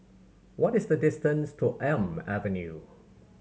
what is the distance to Elm Avenue